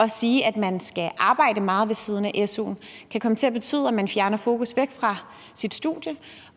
at sige, at man skal arbejde meget ved siden af su'en, kan komme til at betyde, at man fjerner fokus fra sit studie?